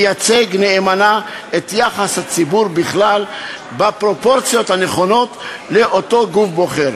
מייצג נאמנה את יחס הציבור בכלל בפרופורציות הנכונות לאותו גוף בוחר.